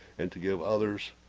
and to give others?